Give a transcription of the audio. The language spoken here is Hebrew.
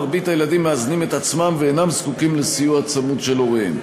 מרבית הילדים מאזנים את עצמם ואינם זקוקים לסיוע צמוד של הוריהם.